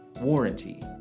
Warranty